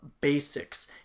basics